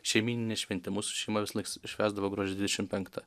šeimyninė šventė mūsų šeima visąlaik švęsdavo gruodžio dvidešim penktą